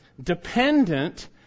dependent